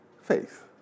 faith